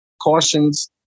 cautions